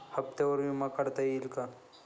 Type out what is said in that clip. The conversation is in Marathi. हप्त्यांवर विमा काढता येईल का?